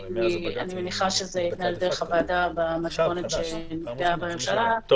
אני מניחה שזה דרך הוועדה במתכונת שנקבעה בממשלה,